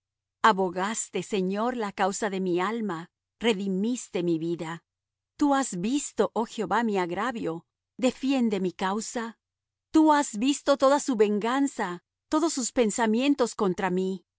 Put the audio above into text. temas abogaste señor la causa de mi alma redimiste mi vida tú has visto oh jehová mi agravio defiende mi causa tú has visto toda su venganza todos sus pensamientos contra mí